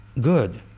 good